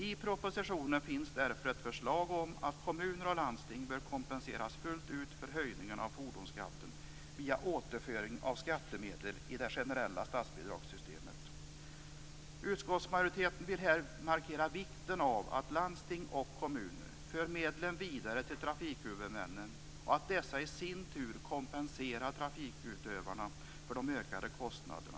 I propositionen finns därför ett förslag om att kommuner och landsting bör kompenseras fullt ut för höjningen av fordonsskatten via återföring av skattemedel i det generella statsbidragssystemet. Utskottsmajoriteten vill här markera vikten av att landsting och kommuner för medlen vidare till trafikhuvudmännen och att dessa i sin tur kompenserar trafikutövarna för de ökade kostnaderna.